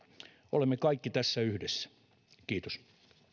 olemme kaikki tässä yhdessä kiitos